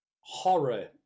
horror